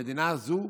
המדינה הזאת,